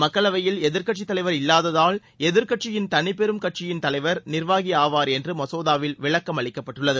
மக்களவையில் எதிர்க்கட்சித் தலைவர் இல்லாததால் எதிர்க்கட்சியின் தனிப்பெரும் கட்சியின் தலைவர் நிர்வாகி ஆவார் என்று மசோதாவில் விளக்கம் அளிக்கப்பட்டுள்ளது